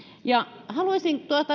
haluaisin